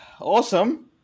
Awesome